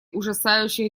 ужасающей